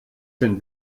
den